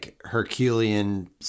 Herculean